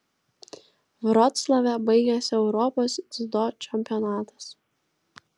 vroclave baigėsi europos dziudo čempionatas